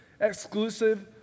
exclusive